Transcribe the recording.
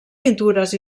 pintures